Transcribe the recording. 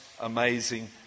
amazing